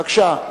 בבקשה.